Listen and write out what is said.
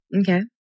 Okay